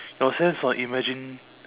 your sense of imagin~